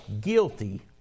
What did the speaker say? guilty